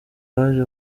baje